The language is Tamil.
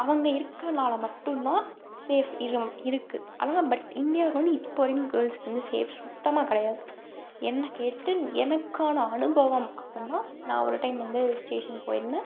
அவங்க இருக்குறதுனால மட்டுந்தான் சேஃப் இருக்குது ஆனால் பட் இந்தியாவுக்கு வந்து இப்போ வரைக்கும் கேள்ர்ஸுக்கு வந்து சேஃப் சுத்தமாக கிடையாது என்னை கேட்டு எனக்கான அனுபவம் அப்படின்னா நான் ஒரு டைம் வந்து ஸ்டேஷன் போயிருந்தேன்